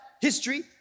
history